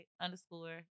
underscore